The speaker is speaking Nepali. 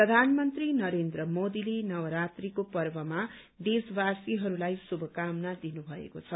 प्रधानमन्त्री नरेन्द्र मोदीले नवरात्रको पर्वमा देशवासीहरूलाई श्रुभकामना दिनु भएको छ